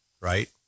right